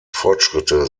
fortschritte